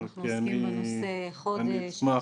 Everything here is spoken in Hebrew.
אנחנו עוסקים בנושא חודש.